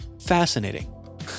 fascinating